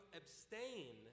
abstain